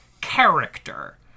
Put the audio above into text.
character